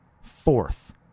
fourth